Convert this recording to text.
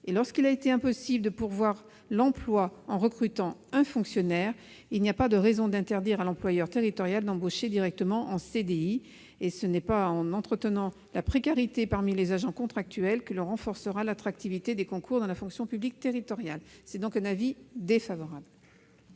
et qu'il a été impossible de pourvoir l'emploi en recrutant un fonctionnaire, il n'y a pas de raison d'interdire à l'employeur territorial d'embaucher directement en CDI. Ce n'est pas en entretenant la précarité parmi les agents contractuels que l'on renforcera l'attractivité des concours de la fonction publique territoriale. C'est pourquoi la